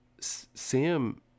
Sam